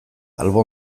albo